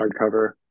hardcover